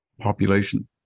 population